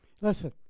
Listen